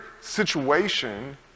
situation